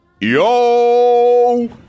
Yo